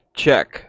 check